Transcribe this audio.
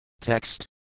Text